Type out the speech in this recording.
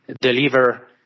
deliver